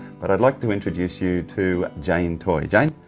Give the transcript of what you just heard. but i'd like to introduce you to jane toy. jane,